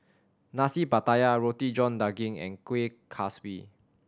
Nasi Pattaya Roti John Daging and Kueh Kaswi